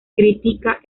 crítica